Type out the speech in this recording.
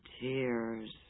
tears